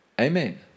amen